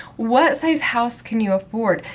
what size house can you afford?